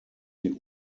die